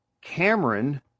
Cameron